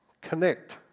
Connect